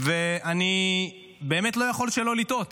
אני באמת לא יכול שלא לתהות: